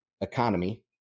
economy